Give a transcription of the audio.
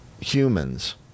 humans